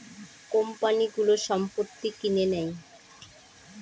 কোম্পানিগুলো সম্পত্তি কিনে নেয়